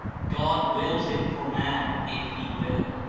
god wills it for man, if he will,